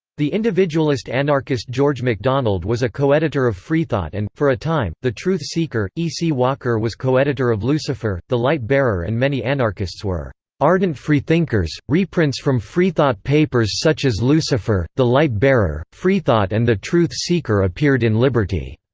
the individualist anarchist george macdonald was a co-editor of freethought and, for a time, the truth seeker. e c. walker was co-editor of lucifer, the light-bearer and many anarchists were ardent freethinkers reprints from freethought papers such as lucifer, the light-bearer, freethought and the truth seeker appeared in liberty.